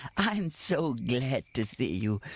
i'm so glad to see you.